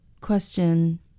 Question